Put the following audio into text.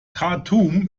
khartum